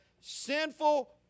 sinful